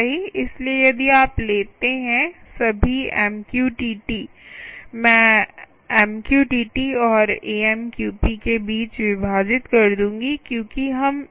इसलिए यदि आप लेते हैं सभी MQTT मैं MQTT और AMQP के बीच विभाजित कर दूंगी क्योंकि हम